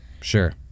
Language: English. Sure